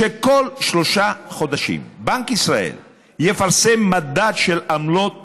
שכל שלושה חודשים בנק ישראל יפרסם מדד של עמלות